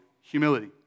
Humility